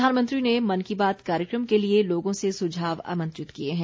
प्रधानमंत्री ने मन की बात कार्यक्रम के लिए लोगों से सुझाव आमंत्रित किए हैं